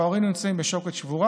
וההורים נמצאים בפני שוקת שבורה.